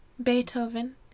Beethoven